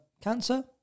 cancer